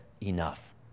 Enough